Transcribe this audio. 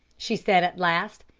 she said at last.